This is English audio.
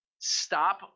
Stop